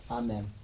amen